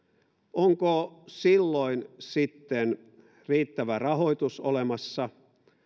onko silloin sitten riittävä rahoitus olemassa